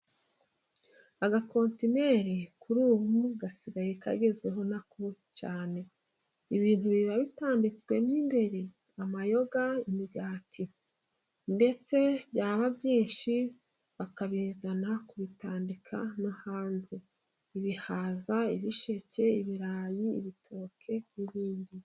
Agakontineri kuri ubu gasigaye kagezweho nako cyane ibintu biba bitanditswemo imbere amayoga, imigati ndetse byaba byinshi bakabizana kubitandika no hanze ibihaza, ibisheke, ibirayi, ibitoki n'ibindi.